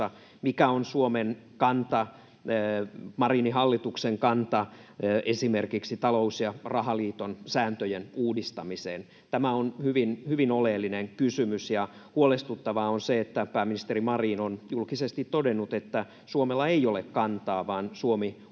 Mikä on Suomen kanta, Marinin hallituksen kanta esimerkiksi talous- ja rahaliiton sääntöjen uudistamiseen? Tämä on hyvin oleellinen kysymys, ja huolestuttavaa on se, että pääministeri Marin on julkisesti todennut, että Suomella ei ole kantaa vaan Suomi odottaa